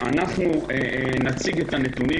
אנחנו נציג את הנתונים,